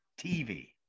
TV